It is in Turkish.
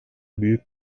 büyük